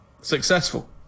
successful